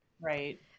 Right